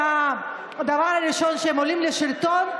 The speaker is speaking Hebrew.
הדבר הראשון כשהם עולים לשלטון,